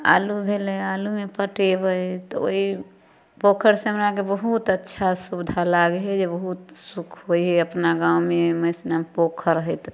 आलू भेलै आलूमे पटेबै तऽ ओहि पोखरिसँ हमरा आओरके बहुत अच्छा सुविधा लागै हइ जे बहुत सुख होइ हइ अपना गाममे मैसना पोखरि हइ तऽ